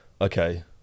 Okay